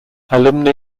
alumni